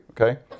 okay